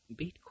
Bitcoin